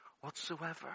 whatsoever